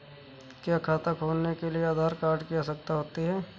क्या खाता खोलने के लिए आधार कार्ड की आवश्यकता होती है?